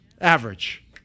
average